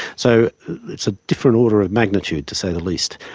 so it's a different order of magnitude, to say the least.